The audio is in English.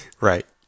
Right